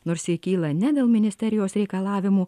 nors ji kyla ne dėl ministerijos reikalavimų